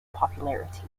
popularity